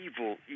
evil